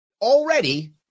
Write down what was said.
already